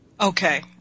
Okay